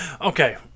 Okay